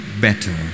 better